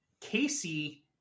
Casey